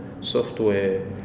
software